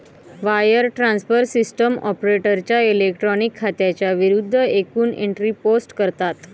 wire transfer system ऑपरेटरच्या electronic खात्यांच्या विरूद्ध एकूण एंट्री पोस्ट करतात